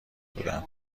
بودم